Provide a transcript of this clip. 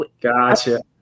Gotcha